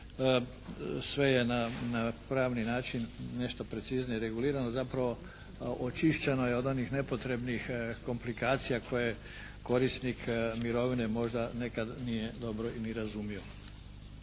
Sve je na pravni način nešto preciznije regulirano. Zapravo očišćeno je od onih nepotrebnih komplikacija koje korisnik mirovine možda nekad nije dobro ni razumio.